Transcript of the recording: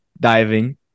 diving